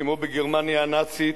וכמו בגרמניה הנאצית,